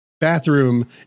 bathroom